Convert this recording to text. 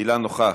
אילן נוכח.